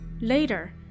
Later